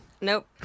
Nope